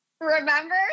remember